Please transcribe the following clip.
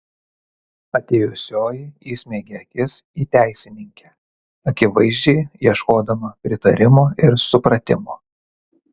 atėjusioji įsmeigė akis į teisininkę akivaizdžiai ieškodama pritarimo ir supratimo